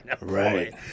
right